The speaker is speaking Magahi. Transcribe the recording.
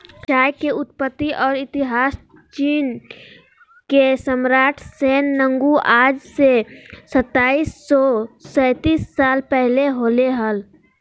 चाय के उत्पत्ति और इतिहासचीनके सम्राटशैन नुंगआज से सताइस सौ सेतीस साल पहले होलय हल